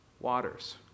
waters